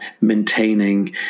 maintaining